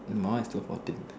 my one is still fourteen